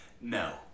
No